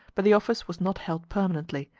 but the office was not held permanently,